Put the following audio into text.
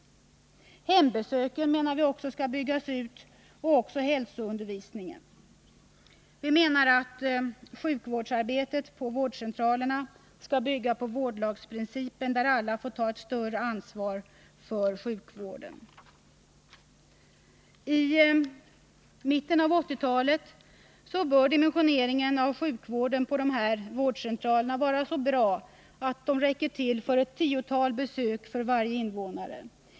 Hembesökssystemet bör byggas ut liksom hälsoundervisningen. Vi menar att sjukvårdsarbetet på vårdcentralerna skall bygga på vårdlagsprincipen, där alla får ta ett större ansvar för sjukvården. I mitten av 1980-talet bör dimensioneringen av sjukvården på dessa vårdcentraler vara så bra att den räcker till för ett tiotal besök per år för varje invånare.